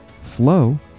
Flow